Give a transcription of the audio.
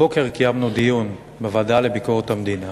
הבוקר קיימנו דיון בוועדה לביקורת המדינה.